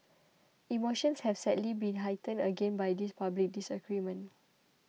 emotions have sadly been heightened again by this public disagreement